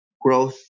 growth